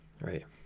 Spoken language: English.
right